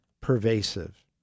pervasive